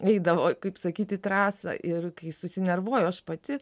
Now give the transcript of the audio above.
eidavau kaip sakyt į trasą ir kai susinervuoju aš pati